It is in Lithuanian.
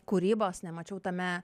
kūrybos nemačiau tame